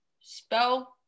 Spell